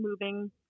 moving